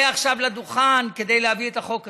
עכשיו לדוכן כדי להביא את החוק הזה.